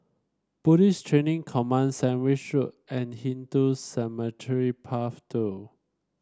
Police Training Command Sandwich Road and Hindu Cemetery Path Two